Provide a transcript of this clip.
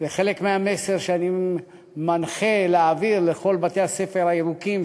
זה חלק מהמסר שאני מנחה להעביר לכל בתי-הספר הירוקים,